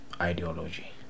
ideology